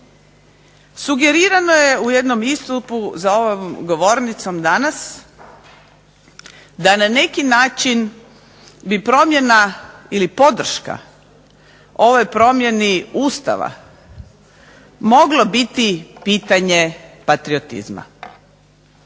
Sugerirano je u jednom istupu za ovom govornicom danas da na neki način bi promjena ili podrška ovoj promjeni Ustava moglo biti pitanje patriotizma.